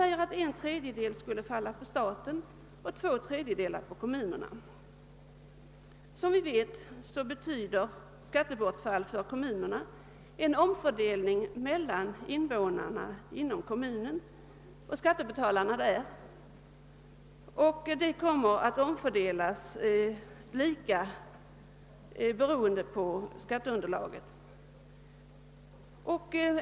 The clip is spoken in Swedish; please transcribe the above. De hävdar att en tredjedel därav skulle drabba staten och två tredjedelar kommunerna. Som vi vet betyder ett skattebortfall för kommunerna en omfördelning mellan skattebetalarna inom varje kommun, beroende på skatteunderlaget.